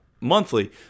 monthly